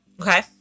Okay